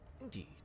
Indeed